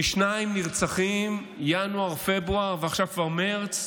פי שניים נרצחים בינואר-פברואר, ועכשיו כבר מרץ,